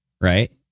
right